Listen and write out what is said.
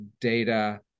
data